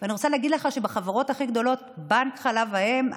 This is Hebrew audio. אני רוצה להגיד לך שבחברות הכי גדולות בנק חלב האם,